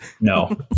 no